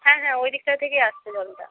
হ্যাঁ হ্যাঁ ওইদিকটা থেকেই আসছে জলটা